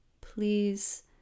Please